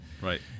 Right